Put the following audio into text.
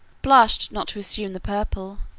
blushed not to assume the purple,